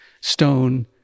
stone